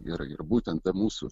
yra ir būtent ta mūsų